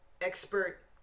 expert